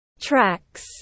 tracks